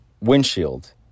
windshield